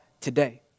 today